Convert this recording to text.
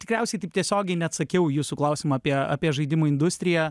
tikriausiai taip tiesiogiai neatsakiau jūsų klausimo apie apie žaidimų industriją